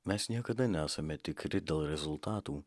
mes niekada nesame tikri dėl rezultatų